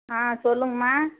ஆ சொல்லுங்கம்மா